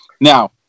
Now